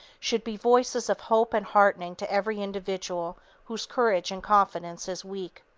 should be voices of hope and heartening to every individual whose courage and confidence is weak.